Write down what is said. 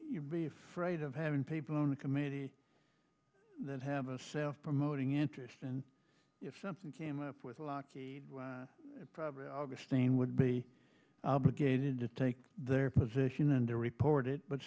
you'd be afraid of having people on the committee that have a self promoting interest and if something came up with a lock it probably augustine would be obligated to take their position and their reported but